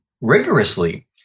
rigorously